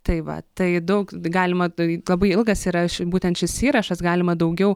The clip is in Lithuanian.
tai va tai daug galima tai labai ilgas yra šis būtent šis įrašas galima daugiau